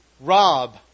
rob